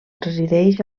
resideix